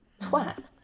Twat